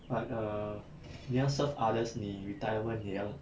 but err 你要 serve others 你 retirement 也要